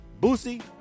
Boosie